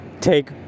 take